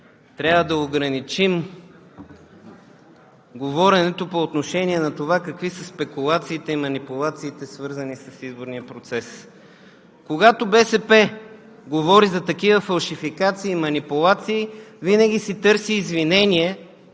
трябва да ограничим говоренето по отношение на това какви са спекулациите и манипулациите, свързани с изборния процес. Когато БСП говори за такива фалшификации, манипулации, винаги си търси извинение